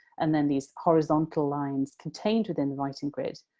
and then these horizontal lines contained within the writing grid,